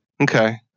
Okay